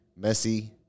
Messi